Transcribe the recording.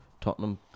Tottenham